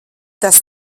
tas